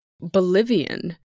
Bolivian